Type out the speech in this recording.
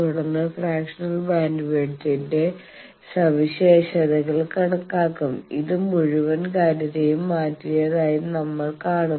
തുടർന്ന് ഫ്രാക്ഷണൽ ബാൻഡ്വിഡ്ത്തിന്റെ സവിശേഷതകൾ കണക്കാക്കും ഇത് മുഴുവൻ കാര്യത്തെയും മാറ്റിയതായി നമ്മൾ കാണും